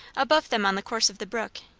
above them on the course of the brook,